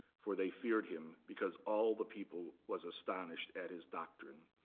for they feared him, because all the people was astonished at his doctrine.